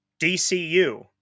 DCU